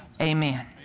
Amen